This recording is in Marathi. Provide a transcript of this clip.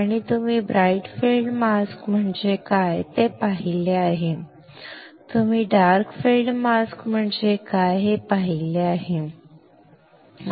आणि तुम्ही ब्राइट फील्ड मास्क म्हणजे काय ते पाहिले आहे तुम्ही डार्क फील्ड मास्क म्हणजे काय हे पाहिले आहे बरोबर